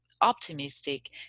optimistic